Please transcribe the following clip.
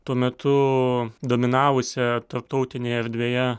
tuo metu dominavusią tarptautinėje erdvėje